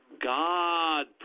God